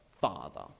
Father